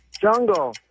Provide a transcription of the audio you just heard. Jungle